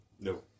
no